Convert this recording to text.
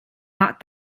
not